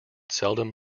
seldom